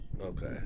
okay